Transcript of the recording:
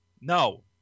No